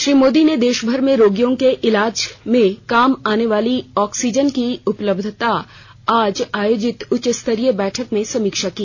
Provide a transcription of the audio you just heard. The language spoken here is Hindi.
श्री मोदी ने देशभर में रोगियों के इलाज में काम आने वाली आक्सीजन की उपलब्धता की आज आयोजित उच्चस्तरीय बैठक में समीक्षा की